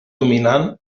dominant